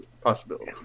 possibility